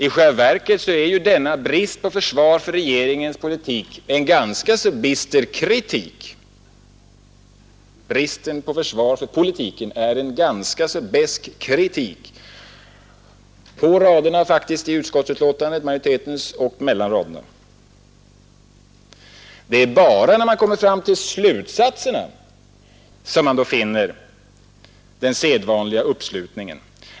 I själva verket innebär bristen på försvar för regeringens politik en ganska besk kritik, som står att finna både på och mellan raderna i majoritetens betänkande. Det är bara när man kommer till slutsatserna i utskottets yrkanden som man finner den sedvanliga uppslutningen.